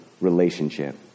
relationship